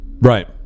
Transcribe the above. Right